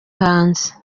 hanze